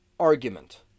Argument